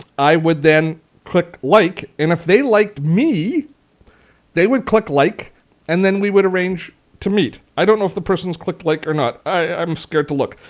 i would then click like and if they liked me they would click like and then we would arrange to meet. i don't know if the person's clicked like or not. i am scared to look.